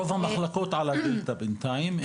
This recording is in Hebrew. רוב המחלקות על הדלתא בינתיים.